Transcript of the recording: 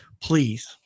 please